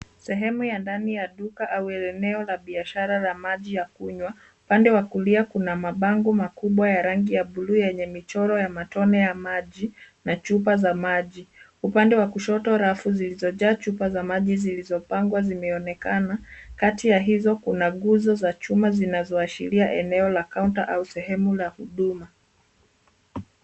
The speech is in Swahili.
Sehemu ya ndani ya duka au eneo la biashara la maji ya kunywa, upande wa kulia kuna mabango makubwa ya rangi ya buluu yenye michoro ya matone ya maji na chupa za maji. Upande wa kushoto, rafu zilizojaa chupa za maji zilizopangwa zimeonekana kati ya hizo kuna nguzo za chuma zinazoashiria eneo la kaunta au sehemu la huduma.